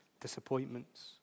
disappointments